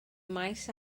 maes